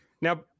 Now